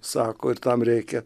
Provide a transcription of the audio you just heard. sako ir tam reikia